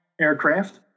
aircraft